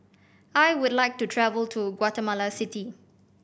I would like to travel to Guatemala City